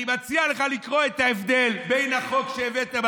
אני מציע לך לקרוא את ההבדל בין החוק שהבאתם